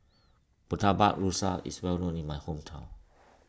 Murtabak Rusa is well known in my hometown